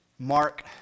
Mark